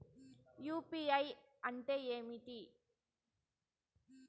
UPI అంటే ఏమి?